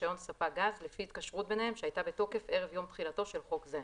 ברישיון ספק גז לפי התקשרות ביניהם שהייתה בתוקף ערב יום תחילתו של חוק זה.